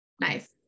Nice